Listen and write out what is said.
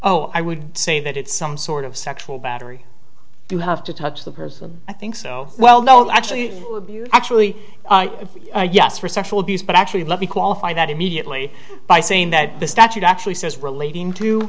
oh i would say that it's some sort of sexual battery you have to touch the person i think so well no actually actually yes for sexual abuse but actually let me qualify that immediately by saying that the statute actually says relating to